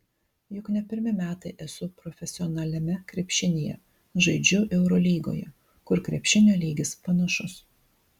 juk ne pirmi metai esu profesionaliame krepšinyje žaidžiu eurolygoje kur krepšinio lygis panašus